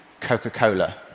Coca-Cola